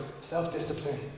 self-discipline